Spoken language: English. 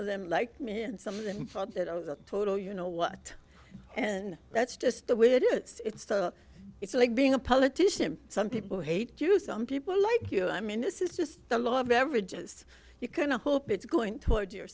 of them like me and some of them felt that i was a total you know what and that's just the way it is it's like being a politician some people hate you some people like you i mean this is just the law of averages you can i hope it's going toward your